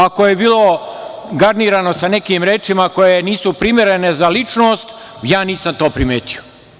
Ako je bilo garnirano sa nekim rečima koje nisu primerene za ličnost, ja nisam to primetio.